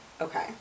okay